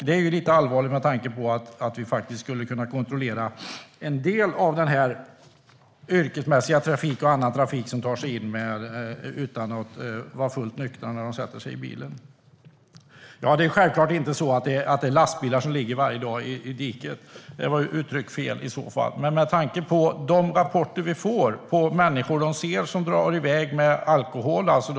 Det är allvarligt med tanke på att vi skulle kunna använda den för att kontrollera en del yrkesförare och andra förare som sätter sig i bilen utan att vara helt nyktra. Självklart ligger det inte lastbilar i diket varje dag. Jag uttryckte mig fel. Men vi får rapporter om förare som drar iväg med alkohol i kroppen.